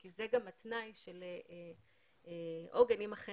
כי זה גם התנאי של עוגן אם אכן